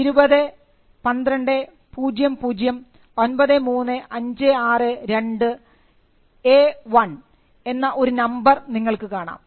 US 20120093562A1 എന്ന ഒരു number നിങ്ങൾക്ക് കാണാം